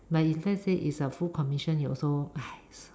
but if let's say is a full commission you also !hais!